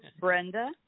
Brenda